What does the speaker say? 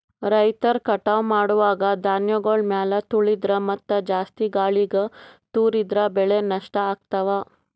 ರೈತರ್ ಕಟಾವ್ ಮಾಡುವಾಗ್ ಧಾನ್ಯಗಳ್ ಮ್ಯಾಲ್ ತುಳಿದ್ರ ಮತ್ತಾ ಜಾಸ್ತಿ ಗಾಳಿಗ್ ತೂರಿದ್ರ ಬೆಳೆ ನಷ್ಟ್ ಆಗ್ತವಾ